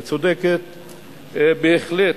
וצודקת בהחלט,